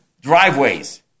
Driveways